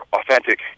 authentic